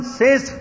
says